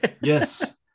yes